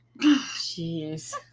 Jeez